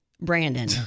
Brandon